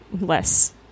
less